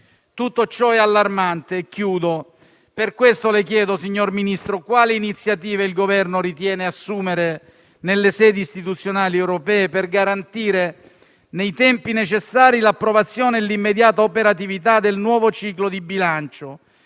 Tutto ciò è allarmante. In conclusione, signor Ministro, è per questo che le chiedo quali iniziative il Governo ritiene assumere nelle sedi istituzionali europee per garantire nei tempi necessari l'approvazione e l'immediata operatività del nuovo ciclo di bilancio,